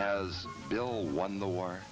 has bill won the war